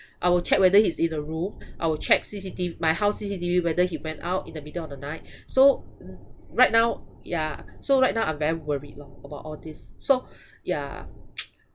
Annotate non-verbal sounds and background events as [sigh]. I will check whether he's in a room I will check C_C_T my house C_C_T_V whether he went out in the middle of the night so right now yeah so right now I'm very worried lor about all these so ya [noise]